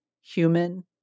human